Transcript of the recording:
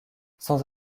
sans